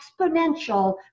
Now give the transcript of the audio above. exponential